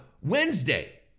Wednesday